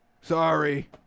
Sorry